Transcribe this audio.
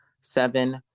Seven